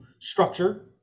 structure